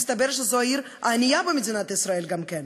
שמסתבר שזו העיר הענייה במדינת ישראל גם כן.